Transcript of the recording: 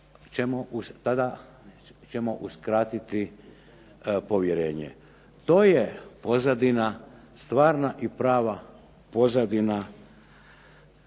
tada ćemo uskratiti povjerenje. To je stvarna i prava pozadina